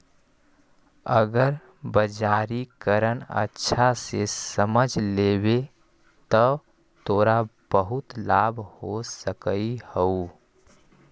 अगर बाजारीकरण अच्छा से समझ लेवे त तोरा बहुत लाभ हो सकऽ हउ